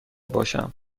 باشم